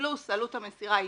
פלוס עלות המסירה האישית.